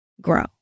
grow